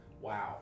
Wow